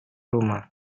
rumah